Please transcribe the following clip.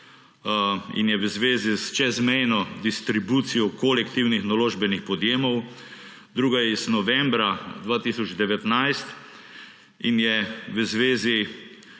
in je v zvezi s čezmejno distribucijo kolektivnih naložbenih podjemov; druga je iz novembra 2019 in je o